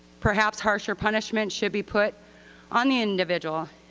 perhaps harsher punishment should be put on the individual,